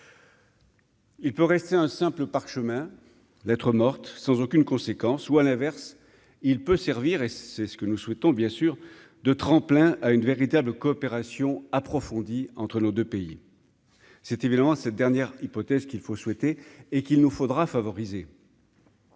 Il peut rester un simple parchemin lettre morte sans aucune conséquence, soit l'inverse, il peut servir et c'est ce que nous souhaitons bien sûr de tremplin à une véritable coopération approfondie entre nos 2 pays cet événement, cette dernière hypothèse, qu'il faut souhaiter, et qu'il nous faudra favoriser.